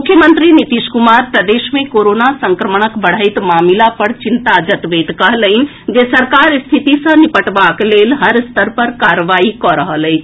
मुख्यमंत्री नीतीश कुमार प्रदेश मे कोरोना संक्रमणक बढैत मामिला पर चिंता जतबैत कहलनि जे सरकार स्थिति सँ निबटबाक लेल हर स्तर पर कार्रवाई कऽ रहल अछि